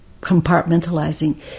compartmentalizing